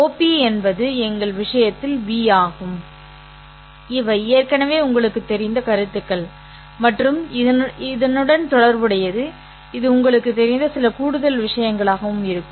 OP என்பது எங்கள் விஷயத்தில் V ஆகும் இவை ஏற்கனவே உங்களுக்குத் தெரிந்த கருத்துக்கள் மற்றும் இது இதனுடன் தொடர்புடையது இது உங்களுக்குத் தெரிந்த சில கூடுதல் விஷயங்களாகவும் இருக்கும்